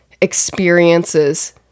experiences